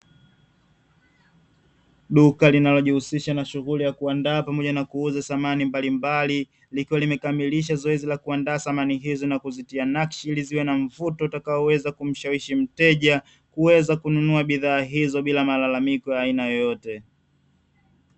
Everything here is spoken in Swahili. Duka linalojihusisha na shughuli ya kuandaa pamoja na kuuza samani mbalimbali, likiwa limekamilisha zoezi la kuandaa samani hizo na kuzitia nakshi ili ziwe na mvuto utakaoweza kumshawishi mteja kuweza kununua bidhaa hizo bila malalamiko ya aina yoyote.